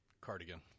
cardigan